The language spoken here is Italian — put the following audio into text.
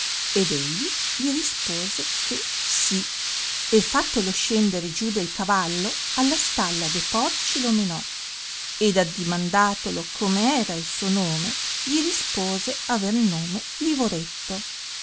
ed egli gli rispose che sì e fattolo scendere giù del cavallo alla stalla de porci lo menò ed addimandatolo come era il suo nome gli rispose aver nome livoretto